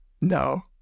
No